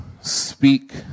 speak